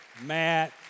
Matt